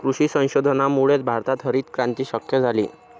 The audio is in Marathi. कृषी संशोधनामुळेच भारतात हरितक्रांती शक्य झाली